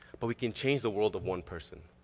but we can change the world of one person.